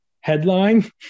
Headline